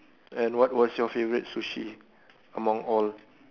and what was your favourite sushi among all